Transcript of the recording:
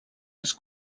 els